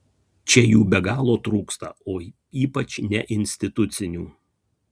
čia jų be galo trūksta o ypač neinstitucinių